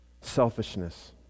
selfishness